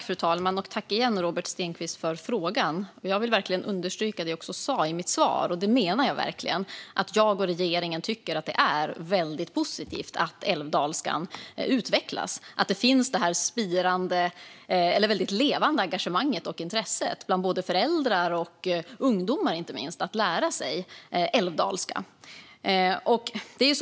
Fru talman! Tack igen, Robert Stenkvist, för frågan! Jag vill verkligen understryka det jag sa i mitt svar och som jag verkligen menar: Jag och regeringen tycker att det är väldigt positivt att älvdalskan utvecklas och att det finns ett levande engagemang och intresse för att lära sig älvdalska bland både föräldrar och ungdomar.